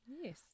yes